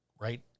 right